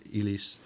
ilis